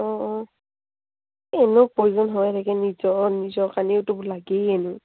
অঁ অঁ এই এনে প্ৰয়োজন হয় থাকে নিজৰ নিজৰ কাৰণেতো এইবোৰ লাগেই এনেও